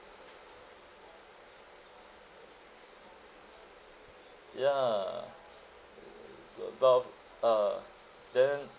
ya to above ah then